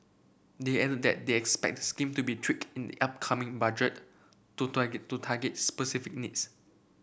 they added that they expect the scheme to be tweaked in the upcoming Budget to to target specific needs